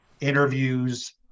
interviews